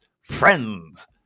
Friends